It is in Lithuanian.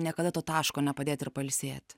niekada to taško nepadėt ir pailsėti